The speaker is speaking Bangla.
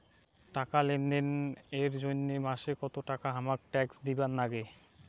টাকা লেনদেন এর জইন্যে মাসে কত টাকা হামাক ট্যাক্স দিবার নাগে?